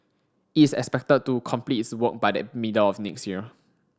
it is expected to complete its work by the middle of next year